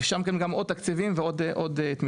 יש גם כן עוד תקציבים ועוד תמיכות.